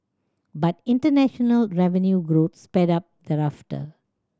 but international revenue growth sped up thereafter